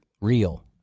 real